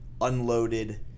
unloaded